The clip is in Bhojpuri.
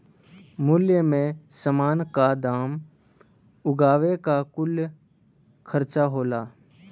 मूल्य मे समान क दाम उगावे क कुल खर्चा होला